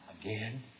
again